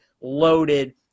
loaded